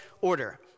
order